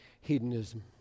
hedonism